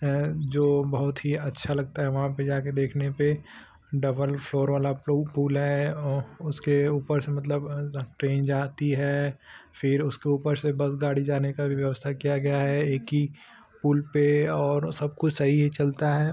है जो बहुत ही अच्छा लगता है वहाँ पर जाकर देखने पर डबल फ़्लोर वाला पुल है और उसके ऊपर से मतलब ट्रेन जाती है फिर उसके ऊपर से बस गाड़ी जाने की भी व्यवस्था की गई है एक ही पुल पर और सबकुछ सही चलता है